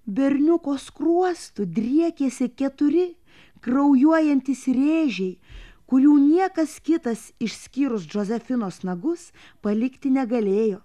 berniuko skruostu driekėsi keturi kraujuojantys rėžiai kurių niekas kitas išskyrus džozefinos nagus palikti negalėjo